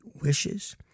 wishes